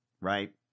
Right